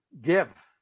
give